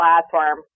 platform